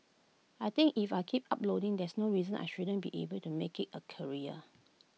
I think if I keep uploading there's no reason I shouldn't be able to make IT A career